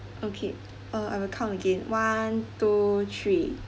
okay uh I will count again one two three